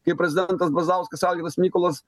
kai prezidentas brazauskas algirdas mykolas